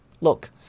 Look